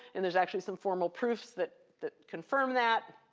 and there's actually some formal proofs that that confirm that.